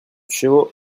chevaux